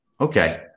Okay